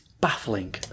baffling